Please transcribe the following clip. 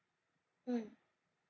mm